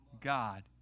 God